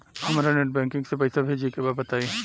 हमरा net banking से पईसा भेजे के बा बताई?